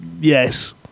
yes